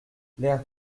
l’ère